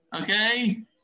Okay